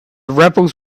rebels